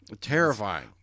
Terrifying